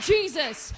Jesus